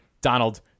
Donald